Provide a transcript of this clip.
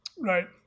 Right